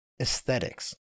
aesthetics